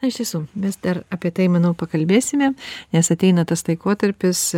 na iš tiesų mes dar apie tai manau pakalbėsime nes ateina tas laikotarpis